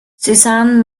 suzanne